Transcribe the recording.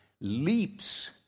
leaps